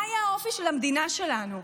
מה יהיה האופי של המדינה שלנו.